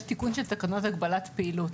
תיקון של תקנות הגבלת פעילות.